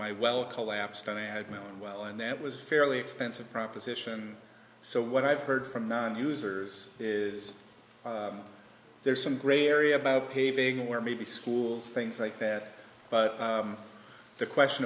my well collapsed and i had meant well and that was fairly expensive proposition so what i've heard from nine users is there's some gray area about paving where maybe schools things like that but the question